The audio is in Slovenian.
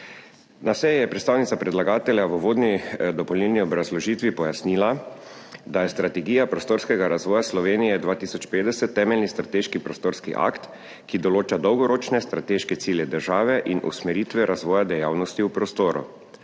Na seji je predstavnica predlagatelja v uvodni dopolnilni obrazložitvi pojasnila, da je strategija prostorskega razvoja Slovenije 2050 temeljni strateški prostorski akt, ki določa dolgoročne strateške cilje države in usmeritve razvoja dejavnosti v prostoru.